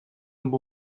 amb